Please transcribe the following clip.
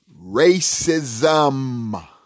racism